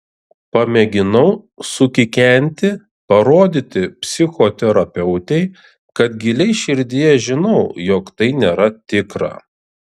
pamėginau sukikenti parodyti psichoterapeutei kad giliai širdyje žinau jog tai nėra tikra